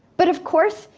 but of course,